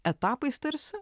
etapais tarsi